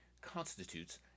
constitutes